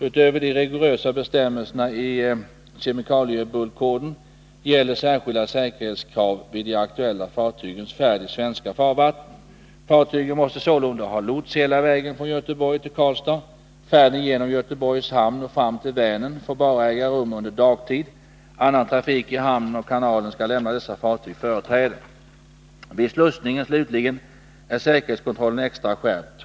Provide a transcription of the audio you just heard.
Utöver de rigorösa bestämmelserna i kemikaliebulkkoden gäller särskilda säkerhetskrav vid de aktuella fartygens färd i svenska farvatten. Fartygen måste sålunda ha lots hela vägen från Göteborg till Karlstad. Färden genom Göteborgs hamn och fram till Vänern får bara äga rum under dagtid. Annan trafik i hamnen och kanalen skall lämna dessa fartyg företräde. Vid slussningen slutligen är säkerhetskontrollen extra skärpt.